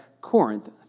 Corinth